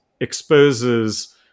exposes